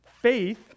Faith